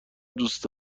دوست